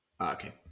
okay